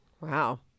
wow